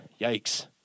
Yikes